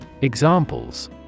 Examples